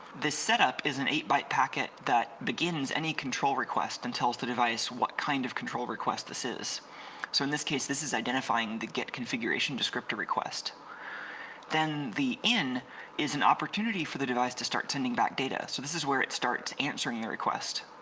this setup is an eight byte packet that begins any control request and tells the device what kind of control request this is so in this case this is identifying the gate configuration descriptor request then the in is an opportunity for the device to start sending back data so this is where it starts answering your request.